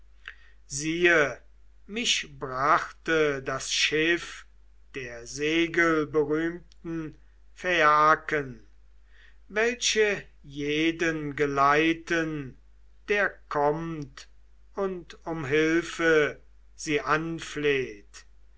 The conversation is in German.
siehe mich brachte das schiff der segelberühmten phaiaken welche jeden geleiten der kommt und um hilfe sie anfleht